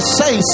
say